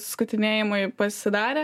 skutinėjimui pasidarę